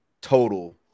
total